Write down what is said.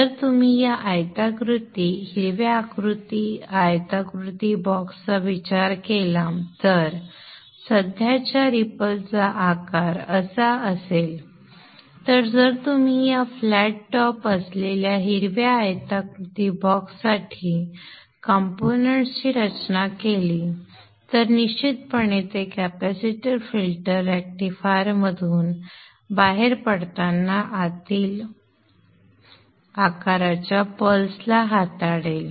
जर तुम्ही या आयताकृती हिरव्या आयताकृती बॉक्सचा विचार केला तर जर सध्याच्या रिपल चा आकार असा असेल तर जर तुम्ही या फ्लॅट टॉप असलेल्या हिरव्या आयताकृती बॉक्ससाठी कंपोनेंट्स ची रचना केली तर निश्चितपणे ते कॅपेसिटर फिल्टर रेक्टिफायर मधून बाहेर पडताना आतील आकाराच्या पल्स ला हाताळेल